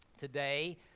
Today